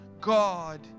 God